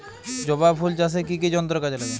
জবা ফুল চাষে কি কি যন্ত্র কাজে লাগে?